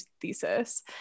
thesis